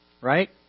Right